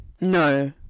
No